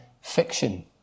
fiction